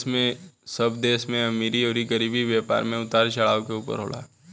सब देश में अमीरी अउर गरीबी, व्यापार मे उतार चढ़ाव के ऊपर होला